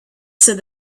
said